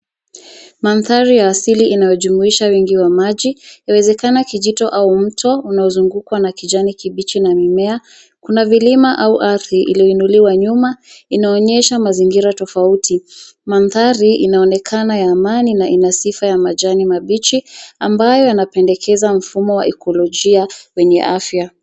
Mandhari ya asili inayojumuisha wingi wa maji. Yawezekana kijito au mto uozungukwa na kijani kibichi na mimea. Kuna vilima au ardhi iliyoinuliwa nyuma inaonyesha mazingira tofauti. Mandhari inaonekana ya amani na ina sifa ya majani mabichi ambayo yanapendekeza mfumo wa ikolojia wenye afya.